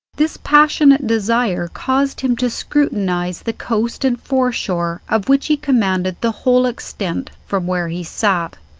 this passionate desire caused him to scrutinize the coast and foreshore, of which he commanded the whole extent from where he sat,